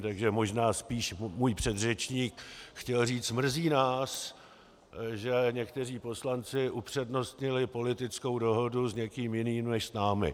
Takže možná spíš můj předřečník chtěl říct: mrzí nás, že někteří poslanci upřednostnili politickou dohodu s někým jiným než s námi.